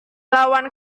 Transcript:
lawan